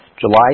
July